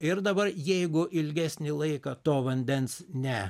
ir dabar jeigu ilgesnį laiką to vandens ne